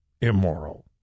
immoral